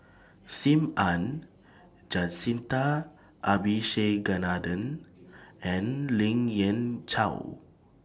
SIM Ann Jacintha Abisheganaden and Lien Ying Chow